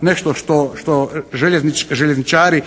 nešto što željezničari